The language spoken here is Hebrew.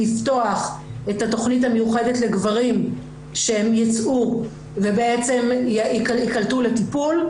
לפתוח את התכנית המיוחדת לגברים שהם יצאו ובעצם ייקלטו לטיפול,